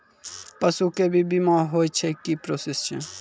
पसु के भी बीमा होय छै, की प्रोसेस छै?